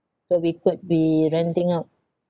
so we could be renting out